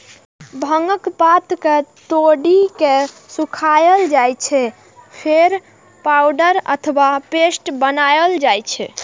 भांगक पात कें तोड़ि के सुखाएल जाइ छै, फेर पाउडर अथवा पेस्ट बनाएल जाइ छै